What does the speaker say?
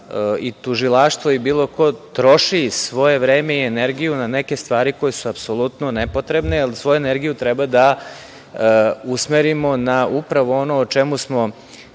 i tužilaštvo i bilo ko troši svoje vreme i energiju na neke stvari koje su apsolutno nepotrebne, jer svoju energiju treba da usmerimo na upravo ono o čemu smo